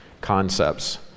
concepts